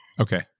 okay